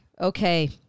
okay